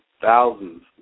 thousands